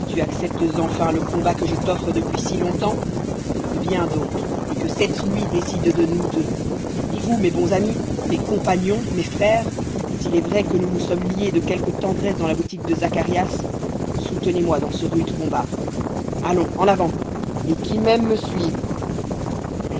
acceptes enfin le combat que je t'offre depuis si longtemps viens donc et que cette nuit décide de nous deux et vous mes bons amis mes compagnons mes frères s'il est vrai que nous nous sommes liés de quelque tendresse dans la boutique de zacharias soutenez moi dans ce rude combat allons en avant et qui m'aime me suive